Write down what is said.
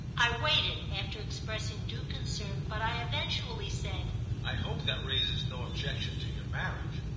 i waited, after expressing due concern, but i eventually said i hope that raises no objection to your marriage.